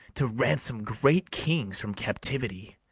to ransom great kings from captivity.